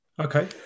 Okay